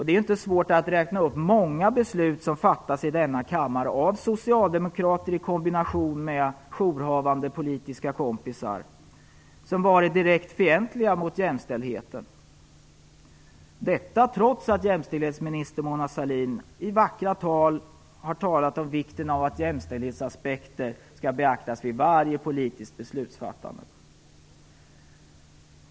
Det är inte svårt att räkna upp många beslut som fattats i denna kammare av socialdemokrater i kombination med jourhavande politiska kompisar som varit direkt fientliga mot jämställdheten, detta trots att jämställdhetsminister Mona Sahlin i vackra tal har framhållit vikten av att jämställdhetsaspekter skall beaktas vid varje politiskt beslutsfattande.